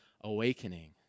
awakening